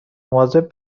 مواظب